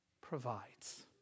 provides